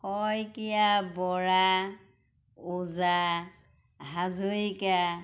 Saikia Bora Oja Hazarika